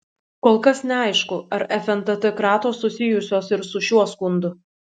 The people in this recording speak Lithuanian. kol kas neaišku ar fntt kratos susijusios ir su šiuo skundu